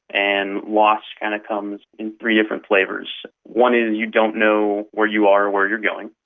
and lost kind of comes in three different flavours one is you don't know where you are or where you're going,